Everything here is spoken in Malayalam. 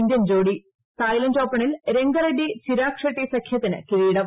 ഇന്ത്യൻ ജോഡി തായ്ലൻഡ് ഓപ്പണിൽ രംഗറെഡ്ഡി ചിരാഗ് ഷെട്ടി സഖ്യത്തിന് കീരിടം